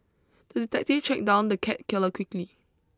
the detective tracked down the cat killer quickly